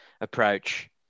approach